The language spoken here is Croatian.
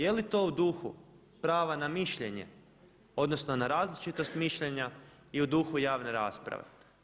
Jeli to u duhu prava na mišljenje odnosno na različitost mišljenja i u duhu javne rasprave?